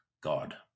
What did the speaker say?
God